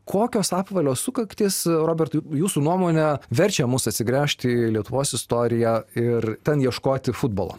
kokios apvalios sukaktys robertai jūsų nuomone verčia mus atsigręžti į lietuvos istoriją ir ten ieškoti futbolo